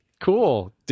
cool